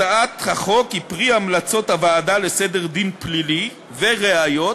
הצעת החוק היא פרי המלצות הוועדה לסדר דין פלילי וראיות